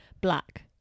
black